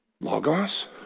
Logos